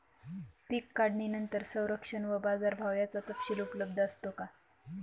पीक काढणीनंतर संरक्षण व बाजारभाव याचा तपशील उपलब्ध असतो का?